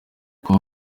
com